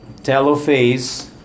telophase